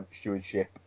stewardship